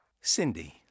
Cindy